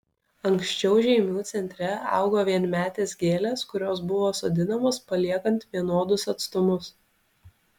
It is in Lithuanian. anksčiau žeimių centre augo vienmetės gėlės kurios buvo sodinamos paliekant vienodus atstumus